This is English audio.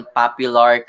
popular